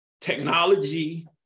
technology